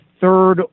third